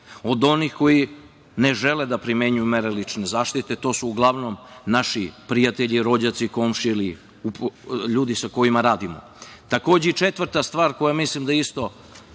od onih koji ne žele da primenjuju mere lične zaštite. To su uglavnom naši prijatelji, rođaci, komšije, ljudi sa kojima radimo. Takođe, i četvrta stvar, koja mislim da je isto